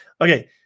Okay